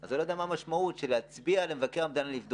אז אני לא יודע מה המשמעות של להצביע למבקר המדינה לבדוק.